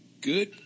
good